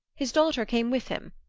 his daughter came with him,